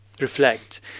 reflect